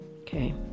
okay